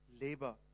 labor